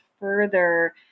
Further